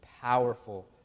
powerful